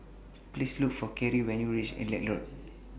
Please Look For Keri when YOU REACH Lilac Road